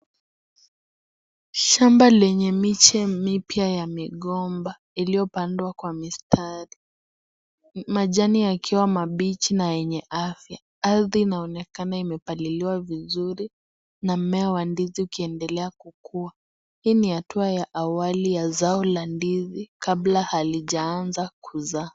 Shamba lenye miche mipya ya migomba iliyopandwa kwa mistari. Majani yakiwa mabichi na yenye afya. Ardi inaonekana imepaliliwa vizuri na mmea wa ndizi ukiendelea kukua, hii ni hatua ya awali ya zao la ndizi kabla halijaanza kuzaa.